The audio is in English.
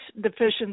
deficiency